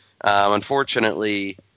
unfortunately